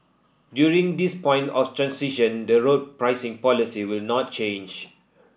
during this point of transition the road pricing policy will not change